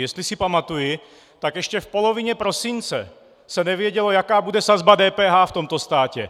Jestli si pamatuji, tak ještě v polovině prosince se nevědělo, jaká bude sazba DPH v tomto státě.